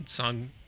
song